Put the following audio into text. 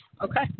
Okay